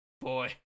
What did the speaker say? Boy